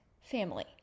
family